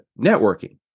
networking